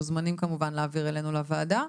מוזמנים כמובן להעביר אלינו לוועדה.